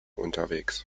unterwegs